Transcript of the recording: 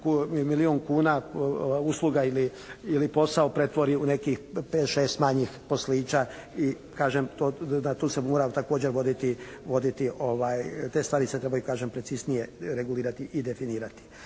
milijun kuna usluga ili posao pretvori u nekih pet, šest manjih poslića i kažem na tu se mora također voditi, te stvari se trebaju kažem preciznije regulirati i definirati.